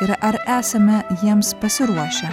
ir ar esame jiems pasiruošę